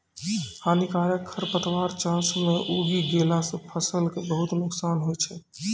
हानिकारक खरपतवार चास मॅ उगी गेला सा फसल कॅ बहुत नुकसान होय छै